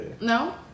No